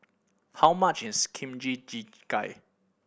how much is Kimchi Jjigae